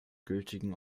gültigen